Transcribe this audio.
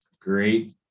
great